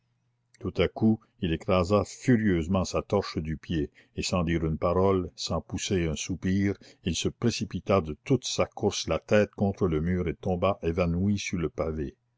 tout à coup il écrasa furieusement sa torche du pied et sans dire une parole sans pousser un soupir il se précipita de toute sa course la tête contre le mur et tomba évanoui sur le pavé